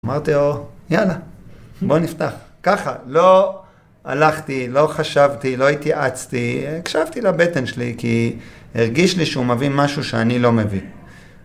אמרתי לו יאללה בוא נפתח. ככה לא הלכתי, לא חשבתי, לא התייעצתי, הקשבתי לבטן שלי כי הרגיש לי שהוא מביא משהו שאני לא מביא.